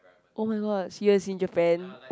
oh-my-god seriously in Japan